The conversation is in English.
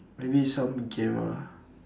maybe some gamer lah